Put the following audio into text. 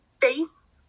face